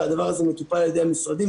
והדבר הזה מטופל על ידי המשרדים,